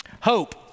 Hope